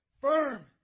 firm